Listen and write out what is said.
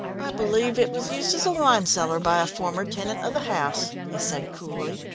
i believe it was used as a wine cellar by a former tenant of the house, he said coolly.